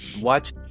watch